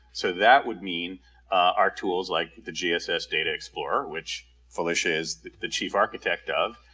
so that would mean our tools like the gss data explorer, which felicia is the chief architect of,